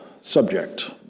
subject